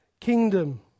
Kingdom